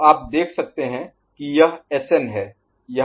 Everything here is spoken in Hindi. तो आप देख सकते हैं कि यह Sn है